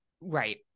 Right